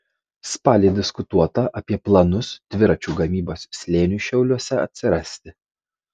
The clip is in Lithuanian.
spalį diskutuota apie planus dviračių gamybos slėniui šiauliuose atsirasti